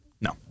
No